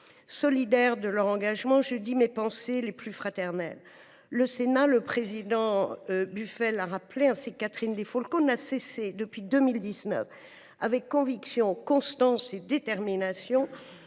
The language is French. solidaires de leur engagement, je dis mes pensées les plus fraternelles. Le Sénat, comme l’ont rappelé François Noël Buffet et Catherine Di Folco, n’a cessé, depuis 2019, avec conviction, constance et détermination,